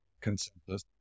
consensus